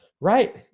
right